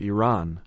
Iran